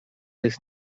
jest